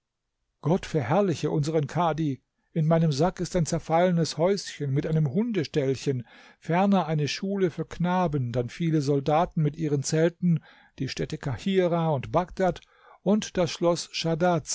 gott verherrliche unseren kadhi in meinem sack ist ein zerfallenes häuschen mit einem hundeställchen ferner eine schule für knaben dann viele soldaten mit ihren zelten die städte kahirah und bagdad und das schloß